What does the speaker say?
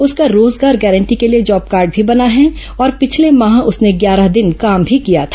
उसका रोजगार गारंटी के लिए जॉब कार्ड भी बना है और पिछले माह उसने ग्यारह दिन काम भी किया था